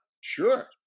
Sure